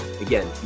again